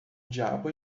diabo